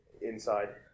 inside